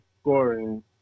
scoring